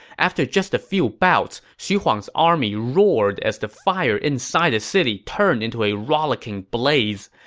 after just a few bouts, xu huang's army roared as the fire inside the city turned into a rollicking blaze.